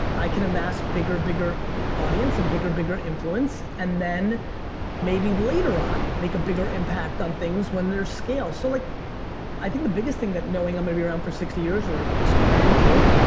i can amass bigger, bigger audience and bigger, bigger influence and then maybe later on, make a bigger impact on things when they're scales, so like i i think the biggest thing that knowing i'm gonna be around for sixty years or aspiring to,